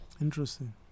Interesting